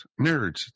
nerds